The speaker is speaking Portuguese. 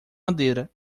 madeira